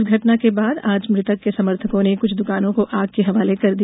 इस घटना के बाद आज मृतक के समर्थकों ने कुछ द्वकानों को आग के हवाले कर दिया